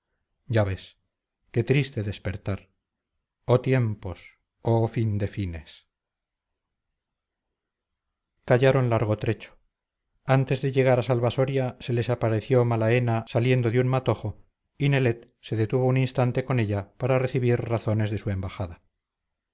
ya ves qué triste despertar oh tiempos oh fin de fines callaron largo trecho antes de llegar a salvasoria se les apareció malaena saliendo de un matojo y nelet se detuvo un instante con ella para recibir razones de su embajada